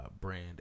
brand